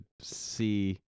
see